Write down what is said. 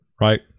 Right